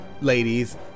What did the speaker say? ladies